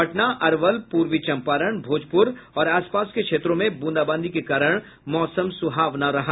पटना अरवल पूर्वी चंपारण भोजपुर और आस पास के क्षेत्रों में ब्रंदाबांदी के कारण मौसम सुहावना रहा